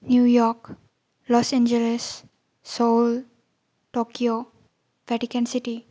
new York Los Angeles Seoul Tokyo Vatican city